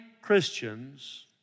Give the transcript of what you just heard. Christians